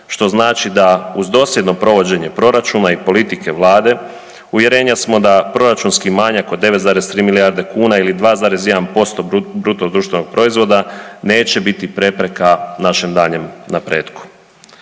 što znači da uz dosljedno provođenje proračuna i politike vlade uvjerenja smo da proračunski manjak od 9,3 milijarde kuna ili 2,1% bruto društvenog proizvoda neće biti prepreka našem daljnjem napretku.